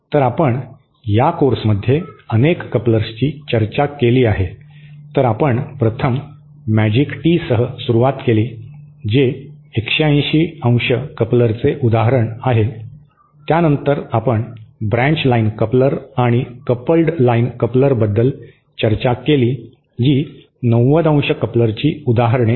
तर आपण या कोर्समध्ये अनेक कपलर्सची चर्चा केली आहे तर आपण प्रथम मॅजिक टीसह सुरुवात केली जे 180° कपलरचे उदाहरण आहे त्यानंतर आपण ब्रँच लाइन कपलर आणि कपल्ड लाइन कपलरबद्दल चर्चा केली जी 90° कपलरची उदाहरणे आहेत